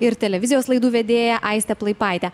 ir televizijos laidų vedėja aistė plaipaitė